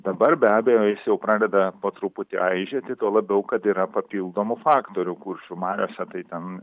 dabar be abejo jis jau pradeda po truputį aižėti tuo labiau kad yra papildomų faktorių kuršių mariose tai ten